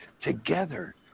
together